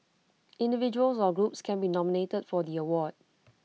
individuals or groups can be nominated for the award